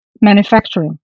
manufacturing